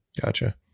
Gotcha